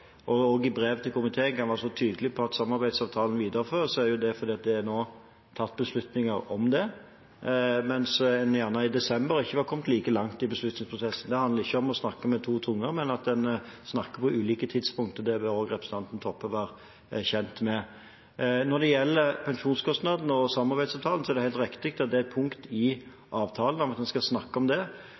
og i brev til komiteen – kan være så tydelig på at samarbeidsavtalen videreføres, er det fordi det nå er tatt beslutninger om det, men i desember var en ikke kommet like langt i beslutningsprosessen. Det handler ikke om å snakke med to tunger, men at en snakker på ulike tidspunkter. Det bør også representanten Toppe være kjent med. Når det gjelder pensjonskostnadene og samarbeidsavtalen, er det helt riktig at det er et punkt i avtalen om at en skal snakke om det,